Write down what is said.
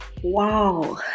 Wow